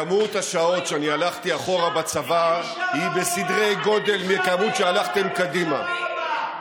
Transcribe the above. כמות השעות שאני הלכתי אחורה בצבא היא בסדרי גודל מהכמות שהלכתם קדימה.